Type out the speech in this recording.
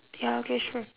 ya okay sure